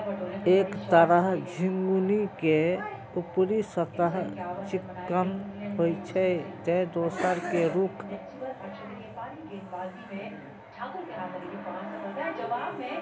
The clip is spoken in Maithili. एक तरह झिंगुनी के ऊपरी सतह चिक्कन होइ छै, ते दोसर के रूख